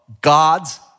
God's